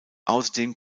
außerdem